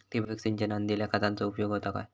ठिबक सिंचनान दिल्या खतांचो उपयोग होता काय?